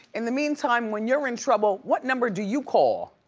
in the meantime, when you're in trouble what number do you call?